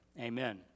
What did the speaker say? Amen